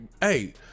hey